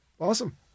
Awesome